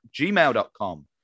gmail.com